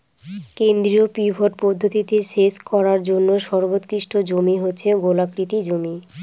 কেন্দ্রীয় পিভট পদ্ধতিতে সেচ করার জন্য সর্বোৎকৃষ্ট জমি হচ্ছে গোলাকৃতি জমি